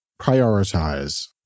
prioritize